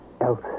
else